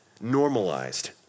normalized